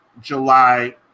July